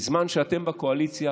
בזמן שאתם בקואליציה,